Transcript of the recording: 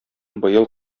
быел